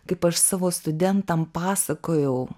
kaip aš savo studentam pasakojau